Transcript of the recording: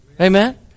Amen